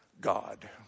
God